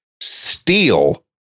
steal